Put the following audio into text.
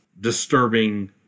disturbing